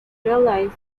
realised